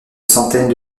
centaines